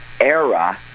era